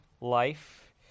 life